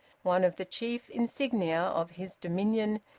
one of the chief insignia of his dominion,